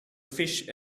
fish